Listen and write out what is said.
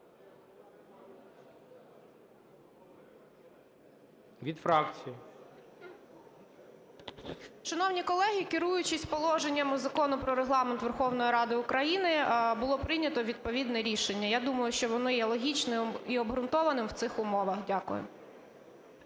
СОВГИРЯ О.В. Шановні колеги, керуючись положеннями Закону "Про Регламент Верховної Ради України", було прийнято відповідне рішення. Я думаю, що воно є логічним і обґрунтованим в цих умовах. Дякую.